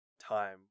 time